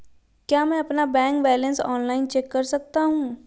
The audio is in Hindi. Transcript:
क्या मैं अपना बैंक बैलेंस ऑनलाइन चेक कर सकता हूँ?